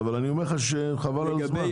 אבל אני אומר לך שחבל על הזמן.